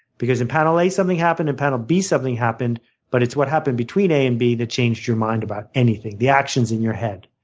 because in panel a something happened, in panel b something happened but it's what happened between a and b that changed your mind about anything the actions in your head.